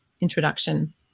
introduction